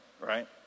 right